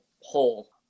hole